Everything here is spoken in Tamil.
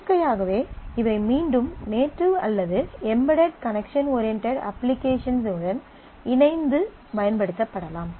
இயற்கையாகவே இவை மீண்டும் நேட்டிவ் அல்லது எம்பெட்டட் கனெக்சன் ஓரியன்டெட் அப்ளிகேஷன்ஸ் உடன் இணைந்து பயன்படுத்தப்படலாம்